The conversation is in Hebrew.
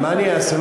מה אני אעשה?